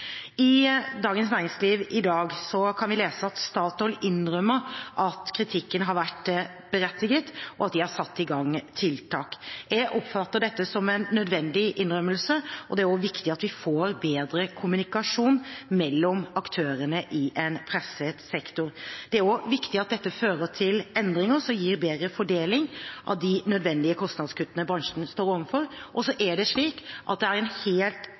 I Dagens Næringsliv i dag kan vi lese at Statoil innrømmer at kritikken har vært berettiget, og de har satt i gang tiltak. Jeg oppfatter dette som en nødvendig innrømmelse, og det er viktig at vi får bedre kommunikasjon mellom aktørene i en presset sektor. Det er også viktig at dette fører til endringer som gir bedre fordeling av de nødvendige kostnadskuttene bransjen står overfor. Og så er det slik at det er en helt